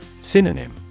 Synonym